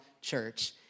church